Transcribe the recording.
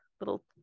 little